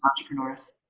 entrepreneurs